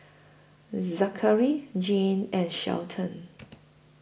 Zakary Jeanne and Shelton